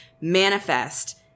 manifest